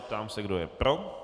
Ptám se, kdo je pro.